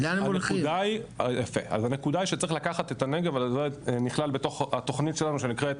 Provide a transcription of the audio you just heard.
הנקודה היא שצריך לכלול את הנגב בתוכנית שלנו שנקראת